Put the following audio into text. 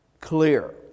clear